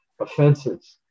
offenses